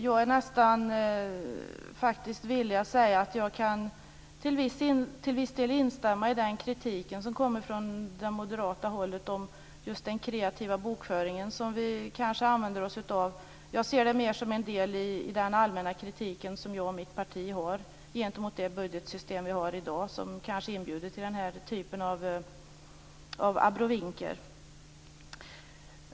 Jag är nästan villig att säga att jag till viss del kan instämma i den kritik som kommer från det moderata hållet om den kreativa bokföring som vi använder oss av. Jag ser detta mer som en del i den allmänna kritiken som jag och mitt parti har gentemot det budgetsystem som finns i dag. Det inbjuder kanske till den här typen av abrovinker.